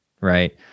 right